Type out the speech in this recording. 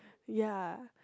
ya